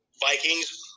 Vikings